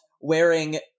wearing